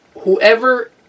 whoever